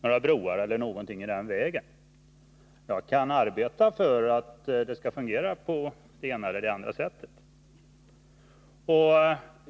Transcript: för några broar eller någonting annat i den vägen, men jag kan arbeta för att kommunikationerna skall fungera på det ena eller det andra sättet.